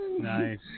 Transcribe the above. Nice